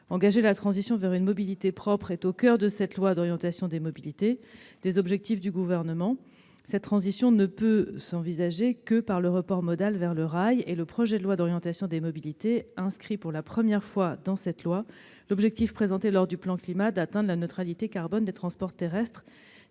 Engager la transition vers une mobilité propre est au coeur du projet de loi d'orientation des mobilités et des objectifs du Gouvernement. Cette transition ne peut s'envisager qu'au travers du report modal vers le rail. Le projet de loi d'orientation des mobilités inscrit pour la première fois dans notre droit l'objectif, fixé dans le plan Climat, d'atteindre la neutralité carbone pour les transports terrestres